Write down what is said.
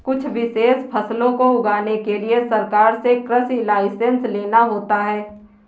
कुछ विशेष फसलों को उगाने के लिए सरकार से कृषि लाइसेंस लेना होता है